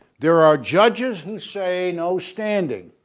there are judges who say no standing